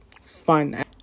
fun